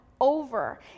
over